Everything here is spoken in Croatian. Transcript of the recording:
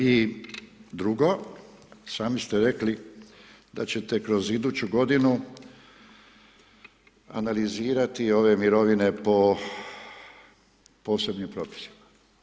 I drugo, sami ste rekli da ćete kroz iduću godinu analizirati ove mirovine po posebnim propisima.